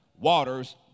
Waters